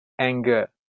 anger